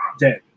dead